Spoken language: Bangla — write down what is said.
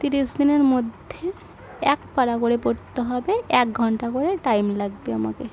তিরিশ দিনের মধ্যে এক পারা করে পড়তে হবে এক ঘন্টা করে টাইম লাগবে আমাকে